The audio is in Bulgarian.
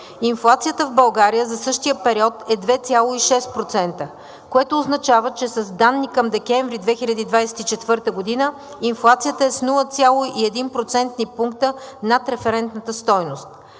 Инфлацията в България за същия период е 2,6%, което означава, че с данни към декември 2024 г. инфлацията е с 0,1 процентни пункта над референтната стойност.